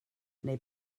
neu